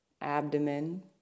abdomen